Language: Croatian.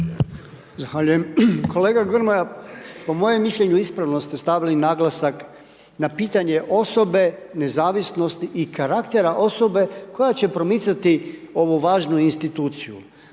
Zahvaljujem. Kolega Grmoja, po mojem mišljenju ispravno ste stavili naglasak na pitanje osobe, nezavisnosti i karaktera osobe, koja će promicati ovu važnu instituciju.